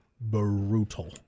brutal